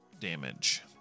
damage